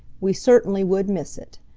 we certainly would miss it.